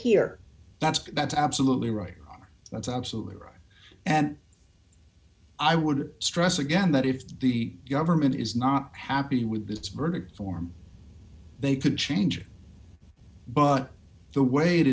here that's that's absolutely right that's absolutely right and i would stress again that if the government is not happy with its verdict form they could change but the way it